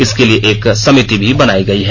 इसके लिए एक समिति भी बनायी गयी है